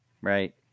right